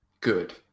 Good